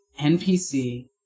NPC